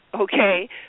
Okay